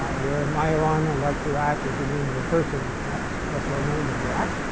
where majorana, like dirac, is the name of a person perhaps less well known than dirac,